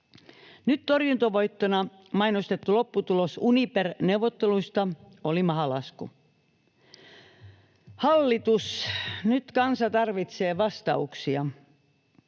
Nyt torjuntavoittona mainostettu lopputulos Uniper-neuvotteluista oli mahalasku. Hallitus, nyt kansa tarvitsee vastauksia.